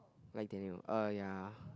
right Daniel oh ya